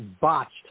botched